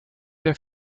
der